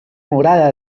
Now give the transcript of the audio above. morada